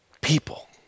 people